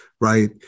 right